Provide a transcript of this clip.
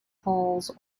halls